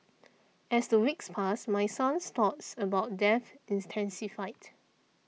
as the weeks passed my son's thoughts about death intensified